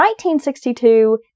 1962